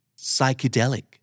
Psychedelic